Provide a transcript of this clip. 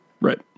Right